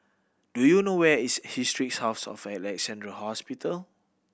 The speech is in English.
do you know where is Historic House of Alexandra Hospital